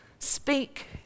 Speak